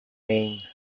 vain